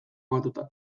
kokatuta